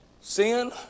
Sin